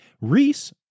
Reese